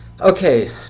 Okay